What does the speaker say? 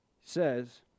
says